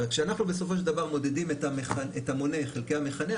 כשאנחנו בסופו של דבר מודדים את המונה חלקי המכנה,